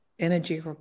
Energy